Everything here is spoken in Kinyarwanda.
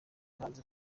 hanze